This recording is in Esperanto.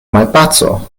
malpaco